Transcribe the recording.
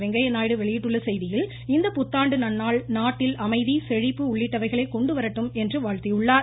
வெங்கையா நாயுடு வெளியிட்டுள்ள செய்தியில் இந்த புத்தாண்டு நன்னாள் நாட்டில் அமைதி செழிப்பு உள்ளிட்டவைகளை கொண்டு வரட்டும் என்று வாழ்த்தியுள்ளார்